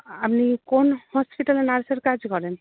আপনি কোন হসপিটালে নার্সের কাজ করেন